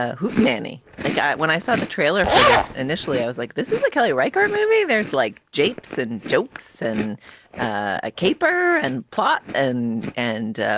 ah hootenanny. like when i saw the trailer for this initially, i was like, this is kelly record movie there's like japes and jokes and a caper and plot and and,